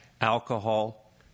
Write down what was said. alcohol